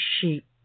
sheep